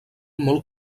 molt